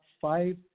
five